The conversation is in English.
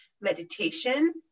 meditation